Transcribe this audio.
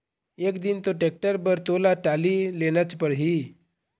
एक दिन तो टेक्टर बर तोला टाली लेनच परही